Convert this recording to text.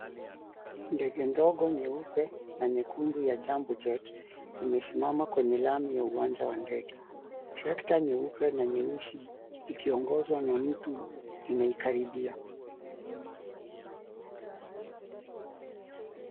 Ndege ndogo nyeupe na nyekundu ya Jambo Jet imesimama kwenye lami ya uwanja wa 𝑛𝑑𝑒𝑔𝑒. 𝑇𝑟actor nyeupe na nyeusi ikiongozwa na mtu imeikaribia.